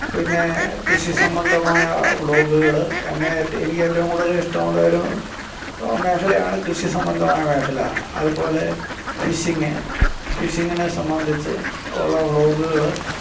പിന്നെ കൃഷി സംബന്ധമായ വ്ളോഗുകൾ എന്നെ എനിക്ക് ഏറ്റവും കൂടുതൽ ഇഷ്ടമുള്ള ഒരു മേഖലയാണ് കൃഷി സംബന്ധമായ മേഖല അതുപോലെ ഫിഷിംഗ് ഫിഷിങ്ങിനെ സംബന്ധിച്ചുള്ള വ്ളോഗുകൾ